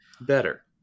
better